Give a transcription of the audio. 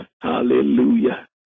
Hallelujah